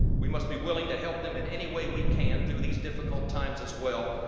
we must be willing to help them in any way we can through these difficult times as well.